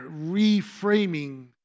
reframing